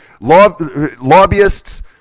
Lobbyists